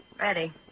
Ready